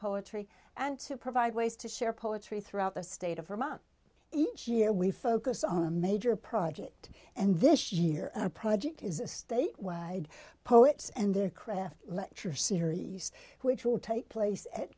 poetry and to provide ways to share poetry throughout the state of vermont each year we focus on a major project and this year a project is a statewide poets and their craft lecture series which will take place at